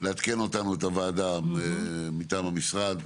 לעדכן ואותנו את הוועדה מטעם המשרד,